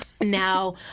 Now